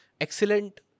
excellent